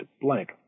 blank